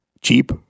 cheap